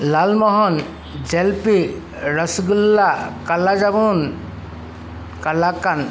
Lalmohan jalebi rasgulla kalajamun kalakand